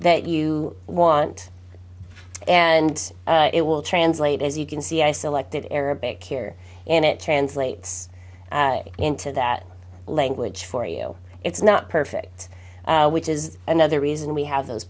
that you want and it will translate as you can see i selected arabic here and it translates into that language for you it's not perfect which is another reason we have those